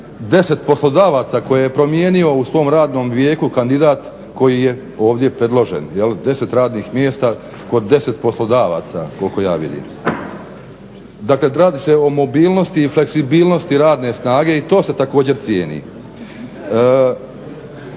na 10 poslodavaca koje je promijenio u svom radnom vijeku kandidat koji je ovdje predložen. Jel' 10 radnih mjesta kod 10 poslodavaca koliko ja vidim. Dakle, radi se o mobilnosti i fleksibilnosti radne snage, i to se također cijeni.